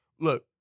Look